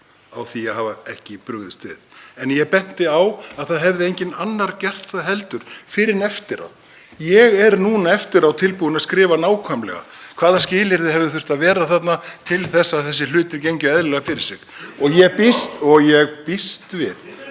á því að hafa ekki brugðist við, en ég benti á að það hefði enginn annar gert það heldur fyrr en eftir þetta. Ég er núna eftir á tilbúinn að skrifa nákvæmlega hvaða skilyrði hefðu þurft að vera þarna til þess að þessir hlutir gengju eðlilega fyrir sig (Gripið fram í.) og ég býst við,